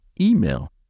email